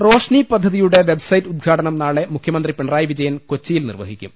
റോഷ്നി പദ്ധതിയുടെ വെബ്സൈറ്റ് ഉദ്ഘാടനം നാളെ മുഖ്യ മന്ത്രി പിണറായി വിജയൻ കൊച്ചിയിൽ നിർവഹിക്കും